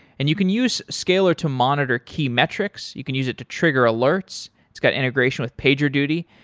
and you can use scalyr to monitor key metrics. you can use it to trigger alerts. it's got integration with pager duty,